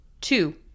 Two